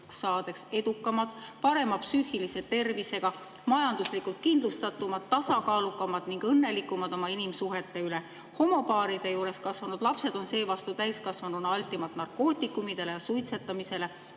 saades edukamad, parema psüühilise tervisega, majanduslikult kindlustatumad, tasakaalukamad ning õnnelikumad oma inimsuhetes. Homopaaride juures kasvanud lapsed on seevastu täiskasvanuna altimalt narkootikumidele, suitsetamisele,